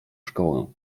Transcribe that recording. szkołę